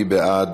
מי בעד?